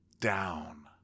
down